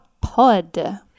Pod